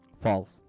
False